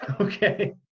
Okay